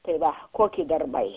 tai va kokie darbai